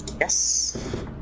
Yes